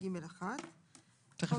גם פוסט טראומתיים,